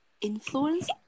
influence